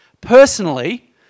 Personally